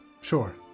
Sure